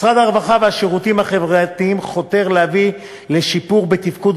משרד הרווחה והשירותים החברתיים חותר להביא לשיפור בתפקוד